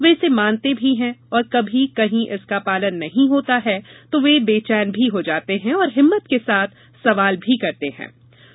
वे इसे मानते भी हैं और कमी कहीं इसका पालन नहीं होता है तो वे बैचेन भी हो जाते हैं और हिम्मत के साथ सवाल भी करते हैं